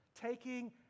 taking